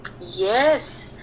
Yes